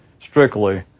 strictly